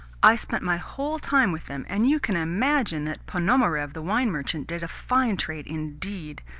i spent my whole time with them, and you can imagine that ponomarev, the wine merchant, did a fine trade indeed!